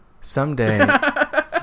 Someday